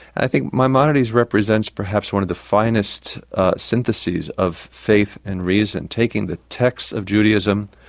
i think maimonides represents, perhaps, one of the finest syntheses of faith and reason. taking the texts of judaism,